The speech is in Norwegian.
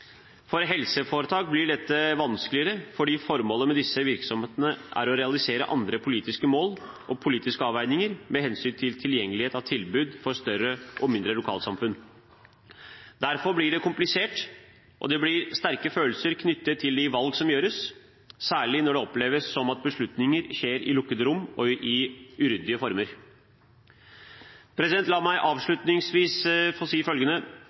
For helseforetak blir dette vanskeligere, fordi formålet med disse virksomhetene er å realisere andre politiske mål og politiske avveininger, som hensyn til tilgjengelighet av tilbud for større og mindre lokalsamfunn. Derfor blir det komplisert, og det blir sterke følelser knyttet til de valg som gjøres, særlig når det oppleves som at beslutninger skjer i lukkede rom og i uryddige former. La meg avslutningsvis få si følgende: